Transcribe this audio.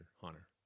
hunter